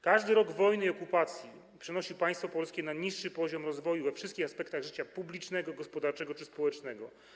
Każdy rok wojny i okupacji przenosił państwo polskie na niższy poziom rozwoju we wszystkich aspektach życia publicznego, gospodarczego czy społecznego.